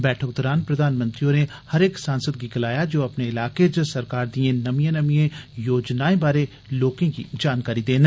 बैठक दौरान प्रधानमंत्री होरें हरेक सांसद गी गलाया जे ओह अपने इलाकें च सरकार दिएं नमिएं नमिएं योजनाएं बारै लोकें गी जानकारी देन